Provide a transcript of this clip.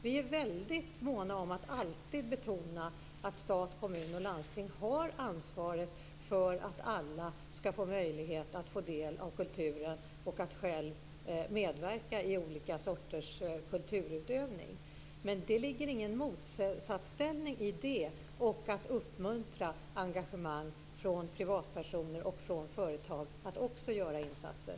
Vi är väldigt måna om att alltid betona att stat, kommun och landsting har ansvaret för att alla ska få möjlighet att få del av kulturen och själva få medverka i olika sorters kulturutövning. Det ligger ingen motsatsställning i detta och att uppmuntra engagemang från privatpersoner och från företag att också göra insatser.